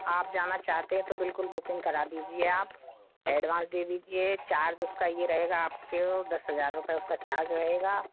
आप जाना चाहते हैं तो बिल्कुल बुकिंग करा दीजिए आप एडवांस दे दीजिए चार्ज उसका ये रहेगा आपको दस हज़ार रुपये उसका चार्ज रहेगा